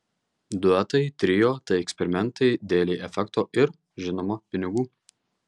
duetai trio tai eksperimentai dėlei efekto ir žinoma pinigų